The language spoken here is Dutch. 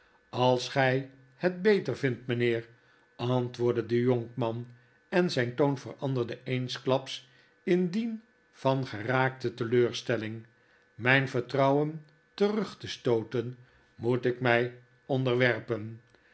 als gij het beter vindt mynheer antwoordde do jonkman en zyn toon veranderde eensklaps in dien van geraakte teleurstelling myn vertrouwen terug te stooten moetik my onderwerpen